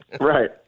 Right